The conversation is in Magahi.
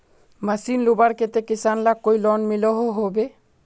मशीन लुबार केते किसान लाक कोई लोन मिलोहो होबे?